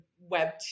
web